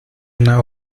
una